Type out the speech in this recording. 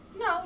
No